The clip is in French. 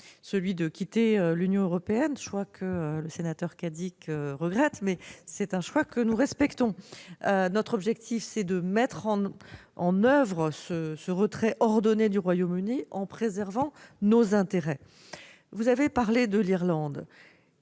celui de quitter l'Union européenne. Le sénateur Olivier Cadic le regrette, mais c'est un choix que nous respectons. Notre objectif est de mettre en oeuvre ce retrait ordonné du Royaume-Uni en préservant nos intérêts. Vous avez parlé de l'Irlande.